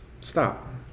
stop